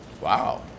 wow